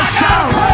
shout